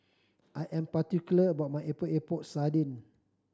I am particular about my Epok Epok Sardin